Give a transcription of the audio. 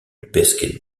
basket